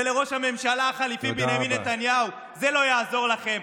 ולראש הממשלה החליפי בנימין נתניהו: זה לא יעזור לכם,